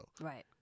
right